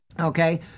okay